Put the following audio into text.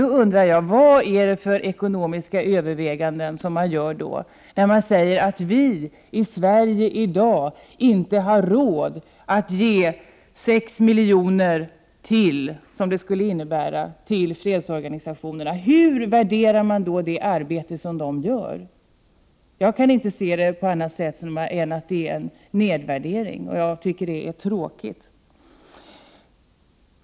Då undrar jag vilka ekonomiska överväganden som görs då man säger att vi i Sverige i dag inte har råd att ge fredsorganisationerna ytterligare 6 milj.kr. Hur värderar man då deras arbete? Jag kan inte se det på annat sätt än att det innebär en nedvärdering av deras arbete, vilket jag tycker är tråkigt.